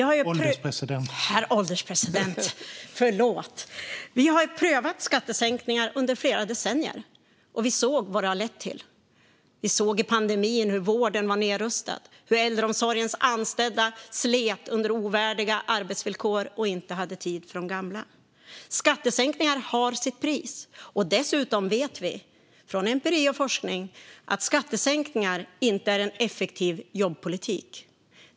Herr ålderspresident! Vi har ju prövat skattesänkningar under flera decennier, och vi har sett vad det har lett till. Vi såg i pandemin hur vården var nedrustad och hur äldreomsorgens anställda slet under ovärdiga arbetsvillkor och inte hade tid för de gamla. Skattesänkningar har sitt pris. Dessutom vet vi från empiri och forskning att skattesänkningar inte är en effektiv jobbpolitik.